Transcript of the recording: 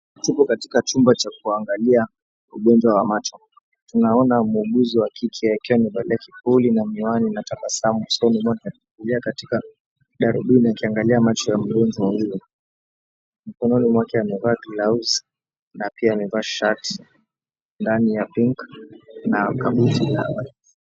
Tupo katika chumba cha kuangalia ugonjwa wa macho. Tunaona muuguzi wa kike akiwa amevalia kipuli na miwani na tabasamu usoni mwake akiangalia katika darubini akiangalia macho ya mgonjwa huyo. Mkononi mwake amevaa gloves na pia amevaa shati ndani ya pink na kabuti la...